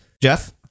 Jeff